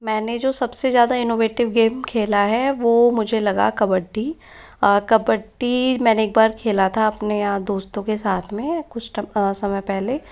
मैंने जो सबसे ज़्यादा ईननोवेटिव गेम खेला है वो मुझे लगा कबड्डी कबड्डी मैंने एक बार खेला था अपने यहाँ दोस्तों के साथ में कुछ समय पहले